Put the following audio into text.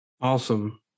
Awesome